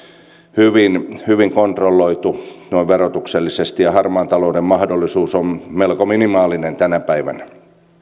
hyvin hyvin kontrolloitu noin verotuksellisesti ja harmaan talouden mahdollisuus on melko minimaalinen tänä päivänä